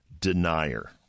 denier